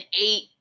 eight